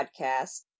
podcast